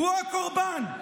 הוא הקורבן.